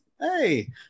hey